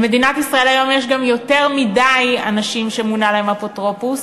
במדינת ישראל היום יש גם יותר מדי אנשים שמונה להם אפוטרופוס.